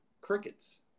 Crickets